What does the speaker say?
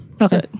okay